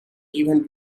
even